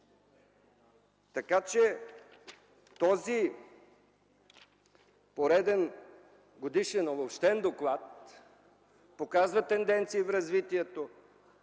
Така че този пореден годишен Обобщен доклад показва тенденции в развитието.